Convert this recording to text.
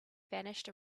vanished